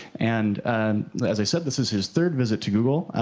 and as i said, this is his third visit to google.